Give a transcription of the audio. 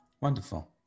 Wonderful